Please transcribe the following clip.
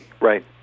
right